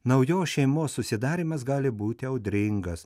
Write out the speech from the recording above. naujos šeimos susidarymas gali būti audringas